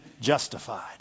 justified